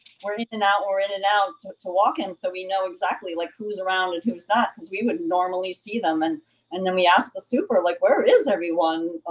or even out we're in and out to to walk him, so we know exactly like who's around and who's not. because we would normally see them and and then we ask the super, like where is everyone?